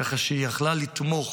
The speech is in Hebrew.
ככה שהיא יכלה לתמוך